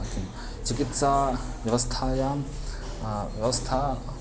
किं चिकित्साव्यवस्थायां व्यवस्था